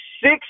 six